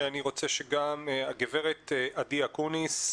הגברת עדי אקוניס,